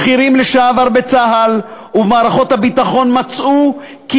בכירים לשעבר בצה"ל ובמערכות הביטחון מצאו כי